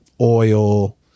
Oil